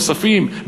נוספים,